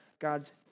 God's